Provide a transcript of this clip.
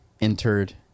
entered